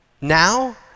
Now